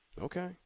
okay